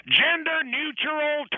gender-neutral